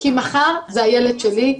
כי מחר זה הילד שלי,